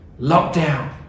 lockdown